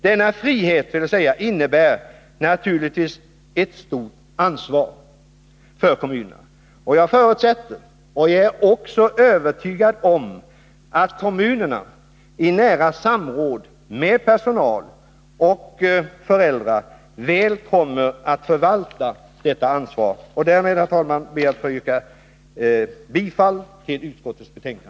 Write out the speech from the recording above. Denna frihet innebär naturligtvis ett stort ansvar för kommunerna, och jag förutsätter och är övertygad om att kommunerna i nära samråd med personal och föräldrar väl kommer att förvalta detta ansvar. Herr talman! Jag ber att få yrka bifall till utskottets hemställan.